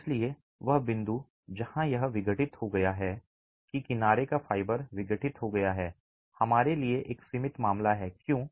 इसलिए वह बिंदु जहां यह विघटित हो गया है कि किनारे का फाइबर विघटित हो गया है हमारे लिए एक सीमित मामला है क्यों